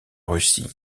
russie